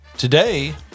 Today